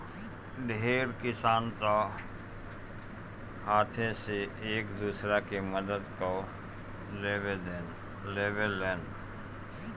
ढेर किसान तअ हाथे से एक दूसरा के मदद कअ लेवेलेन